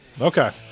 Okay